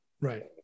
right